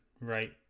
Right